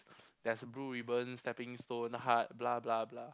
there's blue ribbon stepping stone heart blah blah blah